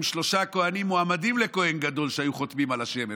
שלושה כוהנים מועמדים לכוהן גדול שהיו חותמים על השמן,